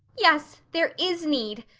yes, there is need!